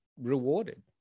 rewarded